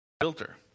filter